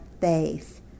faith